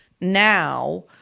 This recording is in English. now